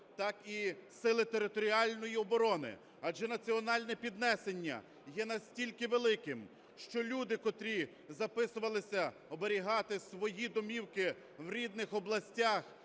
так і Сили територіальної оборони, адже національне піднесення є настільки великим, що люди, котрі записувалися оберігати свої домівки в рідних областях,